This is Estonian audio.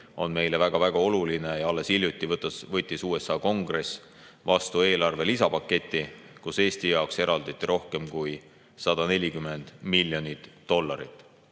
on meile väga-väga oluline. Alles hiljuti võttis USA Kongress vastu eelarve lisapaketi, milles Eesti jaoks eraldati rohkem kui 140 miljonit dollarit.